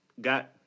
got